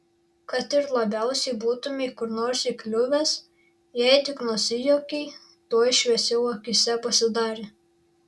kad ir labiausiai būtumei kur nors įkliuvęs jei tik nusijuokei tuoj šviesiau akyse pasidarė